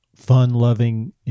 fun-loving